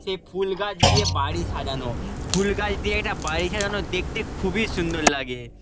সে ফুল গাছ দিয়ে বাড়ি সাজানো ফুল গাছ দিয়ে একটা বাড়ি সাজানো দেখতে খুবই সুন্দর লাগে